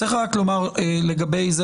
צריך לומר לגבי זה,